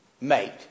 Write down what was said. mate